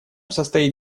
состоит